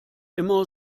immer